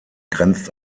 grenzt